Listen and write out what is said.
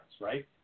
right